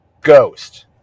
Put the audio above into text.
ghost